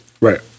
Right